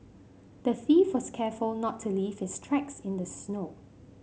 the thief was careful not to leave his tracks in the snow